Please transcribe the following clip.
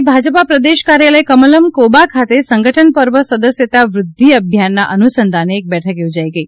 આજે ભાજપા પ્રદેશ કાર્યાલય કમલમ કોબા ખાતે સંગઠન પર્વ સદસ્યતા વૃદ્ધિ અભિયાનના અનુસંધાને બેઠક યોજાઈ ગઇ